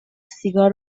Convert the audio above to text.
سیگار